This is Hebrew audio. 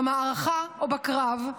במערכה או בקרב,